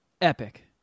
epic